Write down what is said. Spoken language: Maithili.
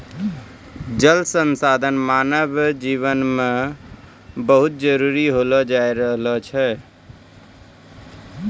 जल संसाधन मानव जिवन मे बहुत जरुरी होलो जाय रहलो छै